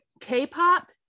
k-pop